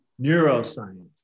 neuroscience